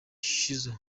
shizzo